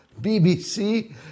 BBC